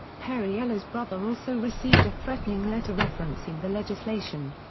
perriello's brother also received a threatening letter referencing the legislation.